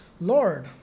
Lord